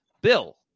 Bill